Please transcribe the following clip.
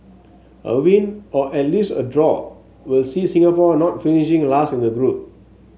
a win or at least a draw will see Singapore not finishing last in the group